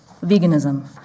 veganism